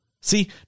See